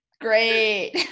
Great